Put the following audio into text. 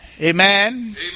Amen